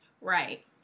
Right